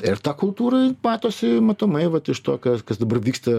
ir ta kultūra matosi matomai vat iš to kas kas dabar vyksta